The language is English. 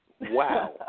Wow